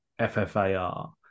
ffar